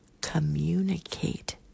communicate